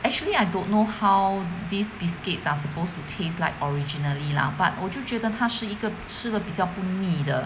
actually I don't know how these biscuits are supposed to taste like originally lah but 我就觉得它是一个吃得比较不泥的